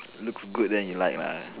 looks good then you like lah